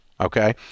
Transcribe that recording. Okay